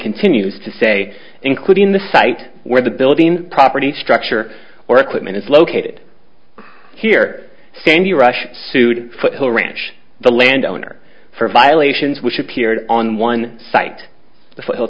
continues to say including the site where the building property structure or equipment is located here sandy rush sued foothill ranch the land owner for violations which appeared on one site the